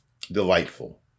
delightful